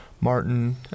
Martin